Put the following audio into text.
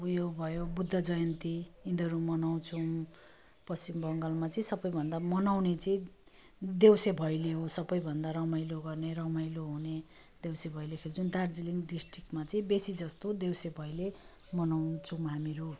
उयो भयो बुद्ध जयन्ती यिनीहरू मनाउछौँ पश्चिम बङ्गालमा चाहिँ सबभन्दा मनाउने चाहिँ देउसे भैलो हो सबभन्दा रमाइलो गर्ने रमाइलो हुने देउसे भैलो खेल्छौँ दार्जिलिङ डिस्ट्रिक्टमा चाहिँ बेसी जस्तो देउसे भैलो मनाउछौँ हामीहरू